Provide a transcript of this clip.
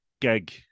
gig